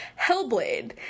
Hellblade